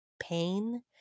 pain